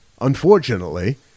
Unfortunately